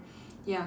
ya